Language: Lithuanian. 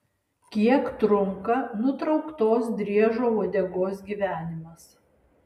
kiek trunka nutrauktos driežo uodegos gyvenimas